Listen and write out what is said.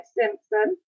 Simpson